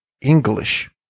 English